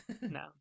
no